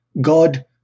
God